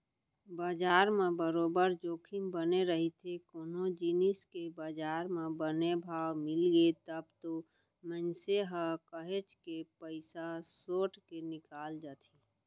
बजार म बरोबर जोखिम बने रहिथे कोनो जिनिस के बजार म बने भाव मिलगे तब तो मनसे ह काहेच के पइसा सोट के निकल जाथे